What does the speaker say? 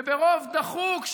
וברוב דחוק,